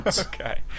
Okay